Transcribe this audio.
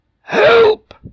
Help